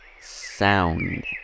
sound